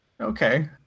Okay